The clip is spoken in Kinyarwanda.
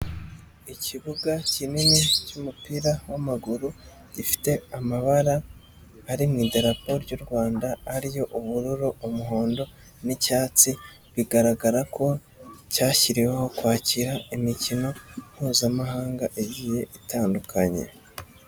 Ikibuga kinini cy'umupira w'amaguru gifite amabara ari mu iderapo ry'u Rwanda ariyo ubururu, umuhondo n'icyatsi bigaragara ko cyashyiriweho kwakira imikino mpuzamahanga igiye itandukanye.